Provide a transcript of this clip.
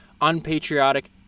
unpatriotic